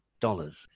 dollars